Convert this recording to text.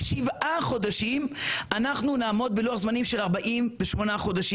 שבעה חודשים אנחנו נעמוד בלוח זמנים של 48 חודשים.